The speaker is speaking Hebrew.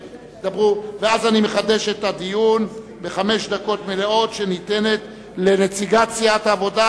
ואז אני אחדש את הדיון ואתן חמש דקות מלאות לנציגת סיעת העבודה,